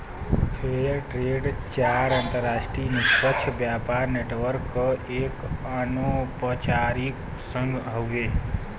fair trade चार अंतरराष्ट्रीय निष्पक्ष व्यापार नेटवर्क क एक अनौपचारिक संघ हउवे